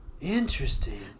Interesting